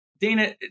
Dana